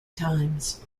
times